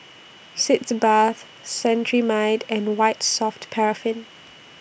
Sitz Bath Cetrimide and White Soft Paraffin